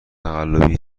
تقلبی